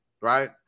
right